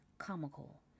comical